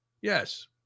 Yes